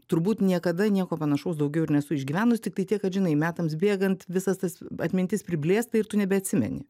turbūt niekada nieko panašaus daugiau ir nesu išgyvenus tiktai tiek kad žinai metams bėgant visas tas atmintis priblėsta ir tu nebeatsimeni